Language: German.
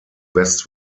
west